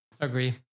agree